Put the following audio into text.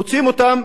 מוציאים אותם,